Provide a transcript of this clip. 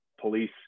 police